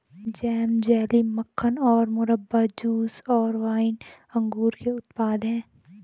jam, jelly, मक्खन और मुरब्बा, जूस और वाइन अंगूर के उत्पाद हैं